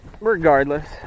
regardless